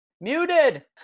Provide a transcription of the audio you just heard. muted